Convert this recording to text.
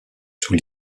sous